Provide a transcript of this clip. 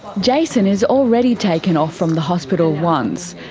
jason has already taken off from the hospital once.